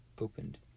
opened